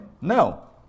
No